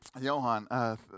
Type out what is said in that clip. Johan